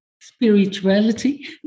spirituality